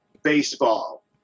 baseball